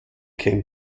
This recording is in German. kein